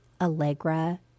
Allegra